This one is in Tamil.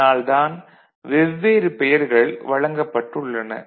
இதனால் தான் வெவ்வேறு பெயர்கள் வழங்கப்பட்டுள்ளன